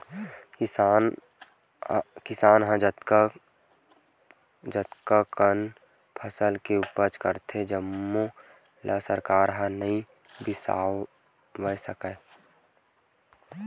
किसान ह जतना कन फसल के उपज करथे जम्मो ल सरकार ह नइ बिसावय सके